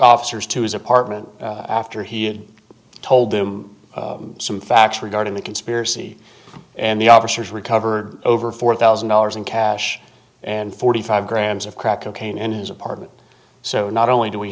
officers to his apartment after he had told them some facts regarding the conspiracy and the officers recovered over four thousand dollars in cash and forty five grams of crack cocaine in his apartment so not only do we